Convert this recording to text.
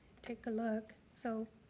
take a look, so